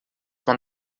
man